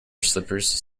slippers